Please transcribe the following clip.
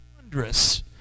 wondrous